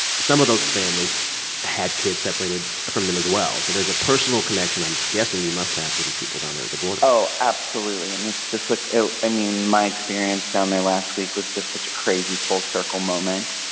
some of those families had kids separated from them as well. so there's a personal connection, i'm guessing you must have, to these people down there at the border oh, absolutely. and it's just like i mean, my experience down there last week was just such a crazy full-circle moment.